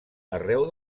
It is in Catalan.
arreu